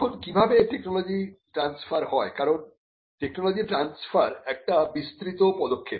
এখন কিভাবে technology transfer হয় কারণ টেকনোলজি ট্রানস্ফার একটি বিস্তৃত পদক্ষেপ